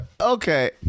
Okay